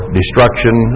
destruction